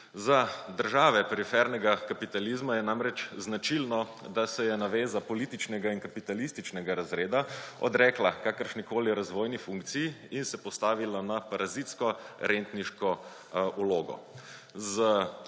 Za države perifernega kapitalizma je namreč značilno, da se je naveza političnega in kapitalističnega razreda odrekla kakršnikoli razvojni funkciji in se postavila na parazitko rentniško vlogo.